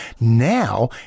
Now